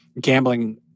gambling